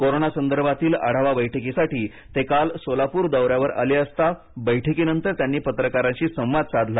corona संदर्भातील आढावा बैठकीसाठी ते काल सोलापूर दौऱ्यावर आले असता बैठकीनंतर त्यांनी पत्रकाराशी संवाद साधला